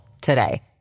today